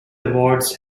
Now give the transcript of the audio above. awards